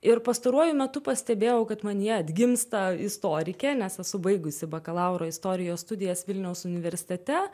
ir pastaruoju metu pastebėjau kad manyje atgimsta istorikė nes esu baigusi bakalauro istorijos studijas vilniaus universitete